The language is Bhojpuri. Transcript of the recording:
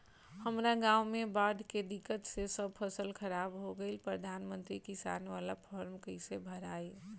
हमरा गांव मे बॉढ़ के दिक्कत से सब फसल खराब हो गईल प्रधानमंत्री किसान बाला फर्म कैसे भड़ाई?